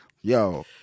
Yo